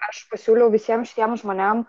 aš pasiūliau visiem šitiem žmonėm